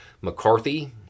McCarthy